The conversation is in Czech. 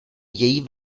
její